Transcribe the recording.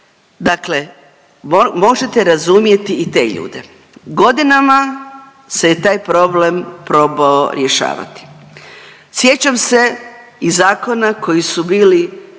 Dakle, možete razumjeti i te ljude. Godinama se je taj problem probao rješavati. Sjećam se i zakona koji su bili